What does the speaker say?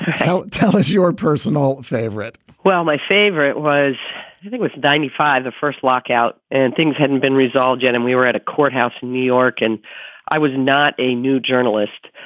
tell tell us your personal favorite well, my favorite was was ninety five, the first lockout and things hadn't been resolved yet. and we were at a courthouse in new york. and i was not a new journalist,